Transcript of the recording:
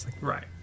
Right